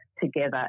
together